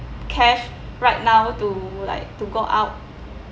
cash right now to like to go out